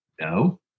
no